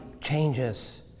changes